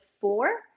four